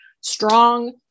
strong